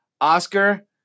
Oscar